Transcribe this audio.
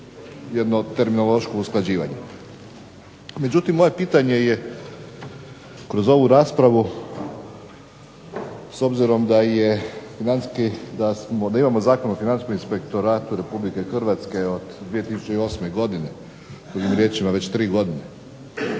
jedno terminološko usklađivanje. Međutim, moje pitanje je kroz ovu raspravu s obzirom da je Financijski, da imamo Zakon o Financijskom inspektoratu RH od 2008. godine, drugim riječima već 3 godine,